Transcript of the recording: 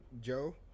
Joe